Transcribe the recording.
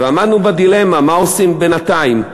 ועמדנו בדילמה, מה עושים בינתיים.